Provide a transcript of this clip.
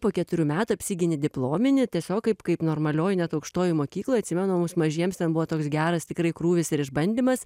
po keturių metų apsigini diplominį tiesiog kaip kaip normalioj net aukštojoj mokykloj atsimenu mums mažiems ten buvo toks geras tikrai krūvis ir išbandymas